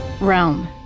Realm